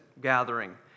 gathering